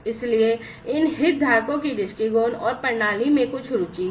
इसलिए इन हितधारकों की दृष्टिकोण और प्रणाली में कुछ रुचि है